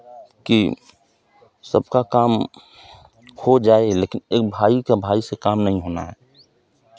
कि सबका काम हो जाए लेकिन एक भाई का भाई से काम नहीं होना है